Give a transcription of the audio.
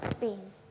bean